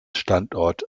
standort